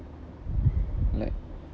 like